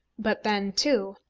but then, too,